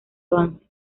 avance